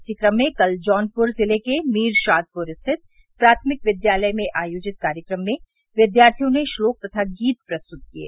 इसी क्रम में कल जौनपुर ज़िले के मीरशादपुर स्थित प्राथमिक विद्यालय में आयोजित कार्यक्रम में विद्यार्थियों ने श्लोक तथा गीत प्रस्तुत किये